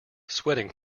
sweating